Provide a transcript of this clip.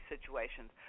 situations